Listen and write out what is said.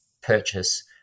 purchase